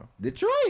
Detroit